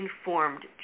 informed